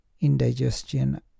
indigestion